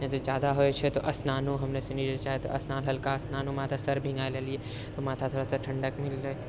नहि तऽ जादा होइ छै तऽ स्नानो हमरो सनी जे छै तऽ स्नानो हल्का स्नान सर भींगाए लेलियै तऽ माथा दरद ठंडक मिललै